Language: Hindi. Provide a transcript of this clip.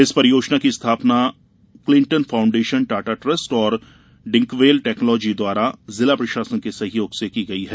इस परियोजना की स्थापना क्लिटन फाउण्डेशन टाटा ट्रस्ट और डिंकवेल टेक्नालॉजी द्वारा जिला प्रशासन के सहयोग से की गई है